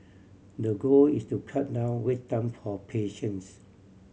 the goal is to cut down wait time for patients